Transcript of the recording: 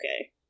okay